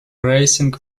racing